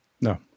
No